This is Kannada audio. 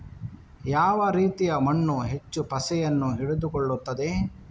ಯಾವ ರೀತಿಯ ಮಣ್ಣು ಹೆಚ್ಚು ಪಸೆಯನ್ನು ಹಿಡಿದುಕೊಳ್ತದೆ?